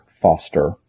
Foster